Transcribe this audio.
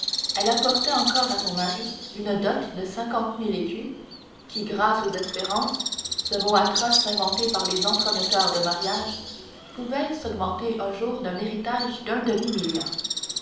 elle apportait encore à son mari une dot de cinquante mille écus qui grâce aux espérances ce mot atroce inventé par les entremetteurs de mariage pouvait s'augmenter un jour d'un héritage d'un demi-million